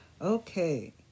Okay